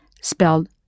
spelled